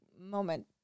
moment